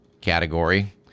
category